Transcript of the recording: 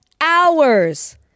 hours